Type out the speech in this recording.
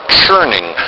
churning